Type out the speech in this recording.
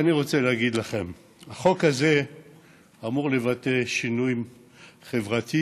אני רוצה להגיד לכם שהחוק הזה אמור לבטא שינוי חברתי,